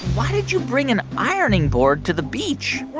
why did you bring an ironing board to the beach?